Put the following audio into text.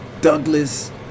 Douglas